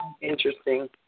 interesting